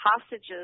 hostages